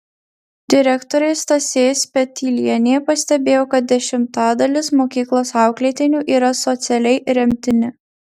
direktorė stasė spetylienė pastebėjo kad dešimtadalis mokyklos auklėtinių yra socialiai remtini